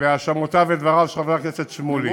להאשמותיו ודבריו של חבר הכנסת שמולי.